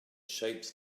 shapes